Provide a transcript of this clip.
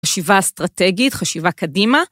חשיבה אסטרטגית, חשיבה קדימה.